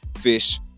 fish